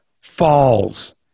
falls